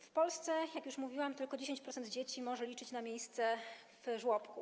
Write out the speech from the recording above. W Polsce, jak już mówiłam, tylko 10% dzieci może liczyć na miejsce w żłobku.